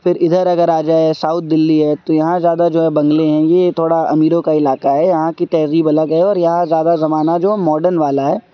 پھر ادھر اگر آ جائے ساؤتھ دلی ہے تو یہاں زیادہ جو ہے بنگلے ہیں یہ تھوڑا امیروں کا علاقہ ہے یہاں کی تہذیب الگ ہے اور یہاں زیادہ زمانہ جو ماڈرن والا ہے